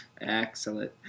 Excellent